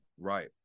Right